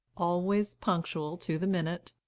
always punctual to the minute.